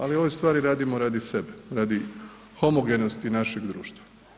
Ali ove stvari radimo radi sebe, radi homogenosti našeg društva.